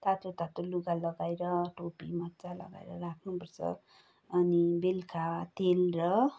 तातो तातो लुगा लगाएर टोपी मोजा लगाएर राख्नुपर्छ अनि बेलुका तेल र